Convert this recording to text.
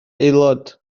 aelod